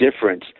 difference